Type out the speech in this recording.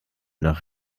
noch